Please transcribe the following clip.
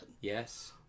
Yes